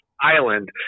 Island